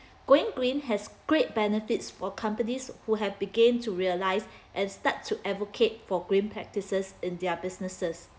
going green has great benefits for companies who have began to realise and start to advocate for green practices in their businesses